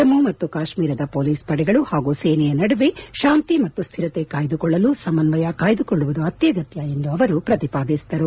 ಜಮ್ನು ಮತ್ತು ಕಾಶ್ಮೀರದ ಪೊಲೀಸ್ ಪಡೆಗಳು ಹಾಗೂ ಸೇನೆಯ ನಡುವೆ ಶಾಂತಿ ಮತ್ತು ಸ್ಹಿರತೆ ಕಾಯ್ದುಕೊಳ್ಳಲು ಸಮನ್ವಯ ಕಾಯ್ದುಕೊಳ್ಳುವುದು ಅತ್ಯಗತ್ಯ ಎಂದು ಅವರು ಪ್ರತಿಪಾದಿಸಿದರು